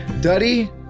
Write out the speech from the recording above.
Duddy